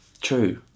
true